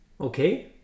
okay